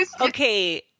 Okay